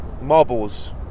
marbles